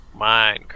Minecraft